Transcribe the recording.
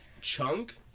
chunk